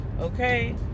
okay